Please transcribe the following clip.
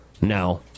No